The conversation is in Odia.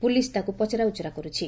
ପୁଲିସ ତାଙ୍କୁ ପଚରାଉଚୁରା କରୁଛି